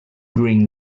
green